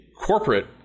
corporate